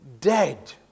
dead